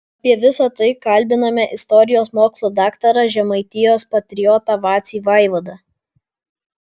apie visa tai kalbiname istorijos mokslų daktarą žemaitijos patriotą vacį vaivadą